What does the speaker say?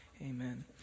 amen